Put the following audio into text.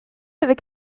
avec